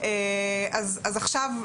אז עכשיו,